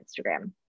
Instagram